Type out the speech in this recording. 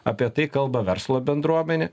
apie tai kalba verslo bendruomenė